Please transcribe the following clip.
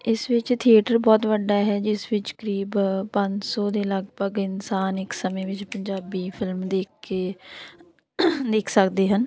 ਇਸ ਵਿੱਚ ਥੀਏਟਰ ਬਹੁਤ ਵੱਡਾ ਹੈ ਜਿਸ ਵਿੱਚ ਕਰੀਬ ਪੰਜ ਸੌ ਦੇ ਲਗਭਗ ਇਨਸਾਨ ਇੱਕ ਸਮੇਂ ਵਿੱਚ ਪੰਜਾਬੀ ਫਿਲਮ ਦੇਖ ਕੇ ਦੇਖ ਸਕਦੇ ਹਨ